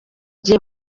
gihe